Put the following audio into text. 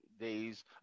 days